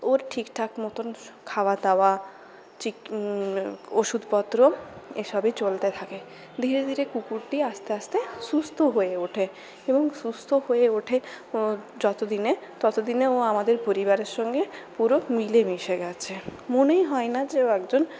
ওর ঠিকঠাক মতন খাওয়া দাওয়া ওষুধপত্র এইসবই চলতে থাকে ধীরে ধীরে কুকুরটি আস্তে আস্তে সুস্থ হয়ে ওঠে এবং সুস্থ হয়ে ওঠে যতদিনে ততদিনে ও আমাদের পরিবারে সাথে পুরো মিলেমিশে গেছে মনেই হয় না যে ও একজন